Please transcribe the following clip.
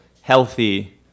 healthy